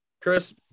Chris